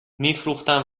میفروختم